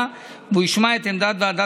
נגד.